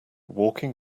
walking